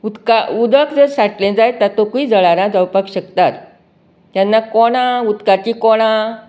उदका उदक जर साठलें जायत तातूंतय जळारां जावपाक शकतात तेन्ना कोंडां उदकाची कोंडां